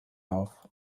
auf